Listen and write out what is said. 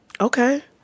Okay